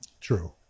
True